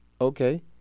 Okay